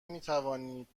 میتوانید